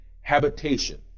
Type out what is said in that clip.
habitation